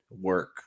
work